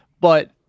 But-